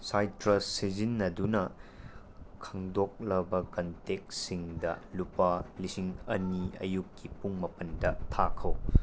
ꯁꯥꯏꯇ꯭ꯔꯁ ꯁꯤꯖꯤꯟꯅꯗꯨꯅ ꯈꯪꯗꯣꯛꯂꯕ ꯀꯟꯇꯦꯛꯁꯤꯡꯗ ꯂꯨꯄꯥ ꯂꯤꯁꯤꯡ ꯑꯅꯤ ꯑꯌꯨꯛꯀꯤ ꯄꯨꯡ ꯃꯄꯟꯗ ꯊꯥꯈꯣ